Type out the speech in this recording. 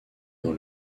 dans